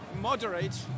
moderate